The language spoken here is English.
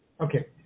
Okay